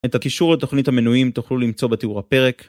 את הקישור לתוכנית המנויים תוכלו למצוא בתיאור הפרק.